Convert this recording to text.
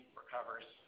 recovers